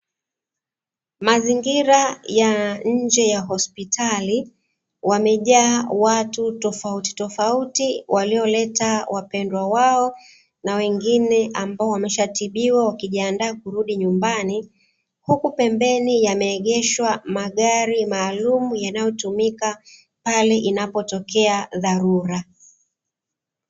Mazingira ya nje ya hospitali, wamejaa watu tofautitofauti walioleta wapendwa wao na wengine ambao wameshatibiwa wakijiandaa kurudi nyumbani, huku pembeni yameegeshwa magari maalumu yanayotumika pale inapotokea dharura.